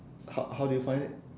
how how do you find it